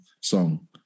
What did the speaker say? song